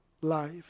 life